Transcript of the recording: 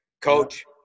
coach